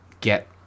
get